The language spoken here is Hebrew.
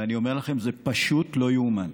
ואני אומר לכם, זה פשוט לא יאומן.